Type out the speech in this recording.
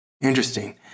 Interesting